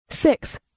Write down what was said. Six